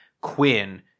Quinn